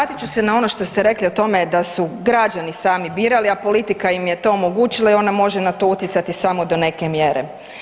Vratit ću se na ono što ste rekli o tome da su građani sami birali, a politika im je to omogućila i ona može na to utjecati samo do neke mjere.